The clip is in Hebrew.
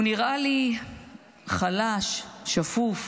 הוא נראה לי חלש, שפוף,